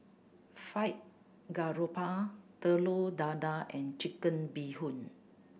Fried Garoupa Telur Dadah and Chicken Bee Hoon